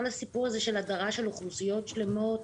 הסיפור הזה של הדרה של אוכלוסיות שלמות